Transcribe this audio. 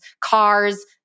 cars